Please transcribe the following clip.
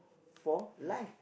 for life